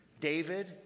David